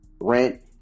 rent